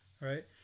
Right